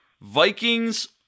Vikings